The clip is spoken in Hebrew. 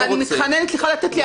ס': אז אני מתחננת אליך לתת לי.